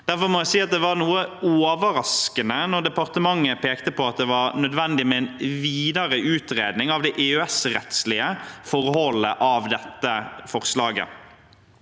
Derfor må jeg si at det var noe overraskende da departementet pekte på at det var nødvendig med en videre utredning av de EØS-rettslige forholdene i dette forslaget.